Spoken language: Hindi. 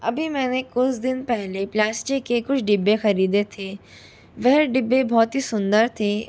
अभी मैंने कुछ दिन पहले प्लास्टिक के कुछ डिब्बे खरीदे थे वह डिब्बे बहुत ही सुंदर थे